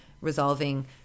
Resolving